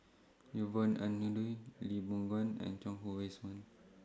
Yvonne Ng Uhde Lee Boon Ngan and Chuang Hui Tsuan